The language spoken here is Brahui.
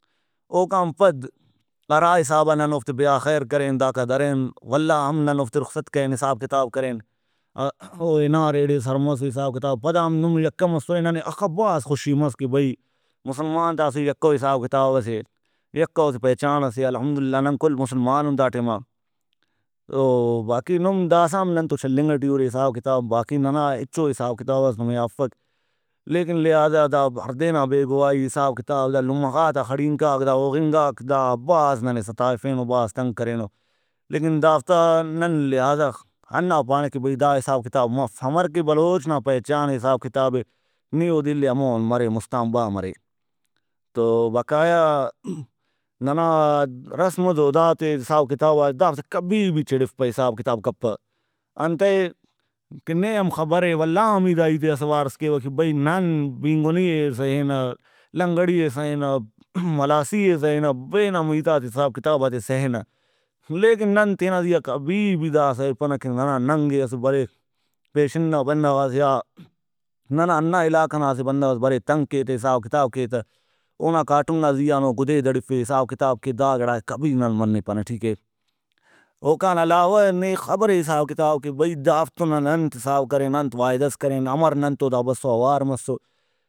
اوکان پد ہرا حسابا نن اوفتے بیا خیر کرین داکا درین ولا ہم ننے اوفتے رخصت کرین حساب کتاب کرین او ہنار ایڑے سر مسو حساب کتاب پدا ہم نم یکہ مسرے ننے ہخہ بھاز خوشی مس کہ بھئی مسلمان تا اسہ یکہ اوحساب کتابسے یکہ او اسہ پہچان سے الحمد للہ نن کل مسلمانُن دا ٹائما تو باقی نم داسہ ہم ننتو چلینگ ٹی اُرے حساب کتاب باقی ننا ہچو حساب کتابس نمے آ افک لیکن لہٰذا دا ہڑدے نا بے گواہی حساب کتاب دا لمہ غاتا خڑینکاک دا ہوغنگاک دا بھاز ننے ستائفینو بھاز تنگ کرینو لیکن دافتا نن لہٰذا ہنا پانہ کہ بھئی دا حساب کتاب مف ہمر کہ بلوچ نا پہچانے حساب کتابے نی اودے اِلے ہمون مرے مُستان با مرے تو بقایا ننا رسم ؤ دوداتے حساب کتابات دافتے کبھی بھی چیڑفپہ حساب کتاب کپہ انتئے کہ نے ہم خبرے ولا ہم ای دا ہیتے اسہ وارس کیوہ کہ بھئی نن بینگُنی ئے سہینہ لنگڑی ئے سہینہ ملاسی ئے سہینہ پین ہم ہیتاتے حساب کتاباتے سہینہ لیکن نن تینا زیہا کبھی بھی دا سہیپنہ کہ ننا ننگ ئے اسو بریر پیشن نا بندغس یا ننا ہنا علاقہ نا اسہ بندغس برے تنگ کے تے حساب کتاب کے تہ اونا کاٹم نا زیہان او گُدے دڑیفے حساب کتاب کے دا گڑائے کبھی نن منپنہ ٹھیکے اوکان علاوہ نے خبرے حساب کتاب کہ بھئی دافتو نن انت حساب کرین انت وعدہ ئس کرین امر ننتو دا بسو اوار مسو